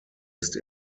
ist